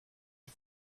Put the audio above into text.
die